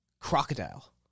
crocodile